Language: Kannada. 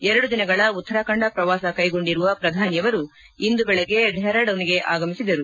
ಎರಡು ದಿನಗಳ ಉತ್ತರಾಖಂಡ ಪ್ರವಾಸ ಕೈಗೊಂಡಿರುವ ಪ್ರಧಾನಿಯವರು ಇಂದು ಬೆಳಗ್ಗೆ ಡೆಪರಡೂನ್ಗೆ ಆಗಮಿಸಿದರು